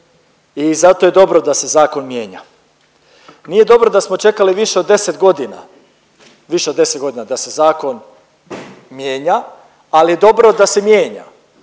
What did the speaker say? i zato je dobro da se zakon mijenja. Nije dobro da smo čekali više od 10 godina, više od 10 godina da se zakon mijenja, ali je dobro da se mijenja